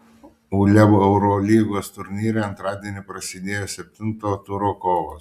uleb eurolygos turnyre antradienį prasidėjo septinto turo kovos